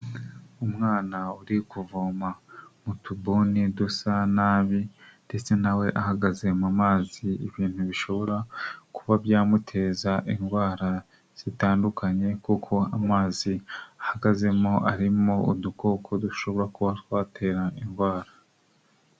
Umwana uri kuvoma mu tubuni dusa nabi ndetse nawe ahagaze mu mazi, ibintu bishobora kuba byamuteza indwara zitandukanye kuko amazi ahagazemo arimo udukoko dushobora kuba twatera indwara.